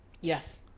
Yes